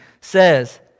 says